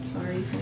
sorry